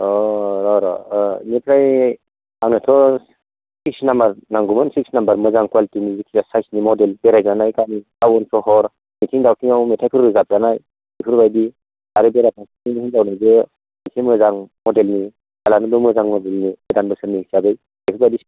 औ र' र' बेनिफ्राय आंनोथ' सिक्स नाम्बार नांगौमोन सिक्स नाम्बार मोजां कवालिटिनि जेखि जाया साइसनि मडेल बेरायजानाय गामि टाउन सहर मिथिं दावथिङाव मेथाइफोर रोजबजानाय बेफोरबायदि आरो बेराफारसेथिं हिनजावनोबो एसे मोजां मडेलनि फिसाज्लानोबो मोजां मडेलनि गोदान बोसोरनि हिसाबै बेफोरबायदि